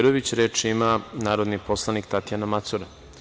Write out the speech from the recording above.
Reč ima narodni poslanik Tatjana Macura.